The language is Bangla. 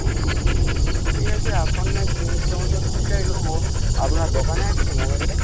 ও ঠিক আছে এখন নায় তিন চৌষট্টিটাই নেবো আপনার দোকানে আছে তো মোবাইলটা